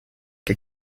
que